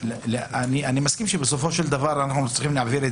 אני מסכים שבסופו של דבר אנחנו צריכים להעביר את